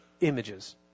images